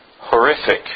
horrific